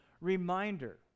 reminder